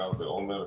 בעיקר בעומר,